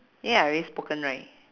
eh I already spoken right